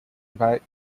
about